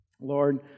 Lord